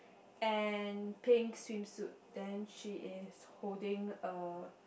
and pink swim suit then she is holding a